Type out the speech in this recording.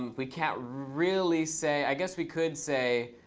um we can't really say i guess we could say